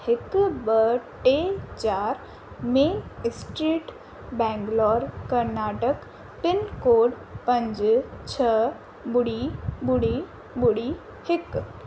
हिकु ॿ टे चारि में स्ट्रेट बैंगलोर कर्नाटक पिनकोड पंज छ ॿुड़ी ॿुड़ी ॿुड़ी हिकु